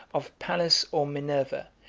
of pallas or minerva,